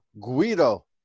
Guido